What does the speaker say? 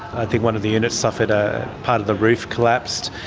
i think one of the units suffered a. part of the roof collapsed.